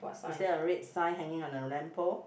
is there a red sign hanging on the lamp pole